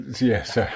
yes